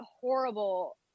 horrible